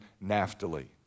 Naphtali